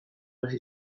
hasi